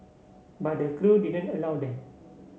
but the crew didn't allow them